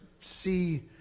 see